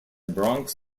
bronx